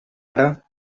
ara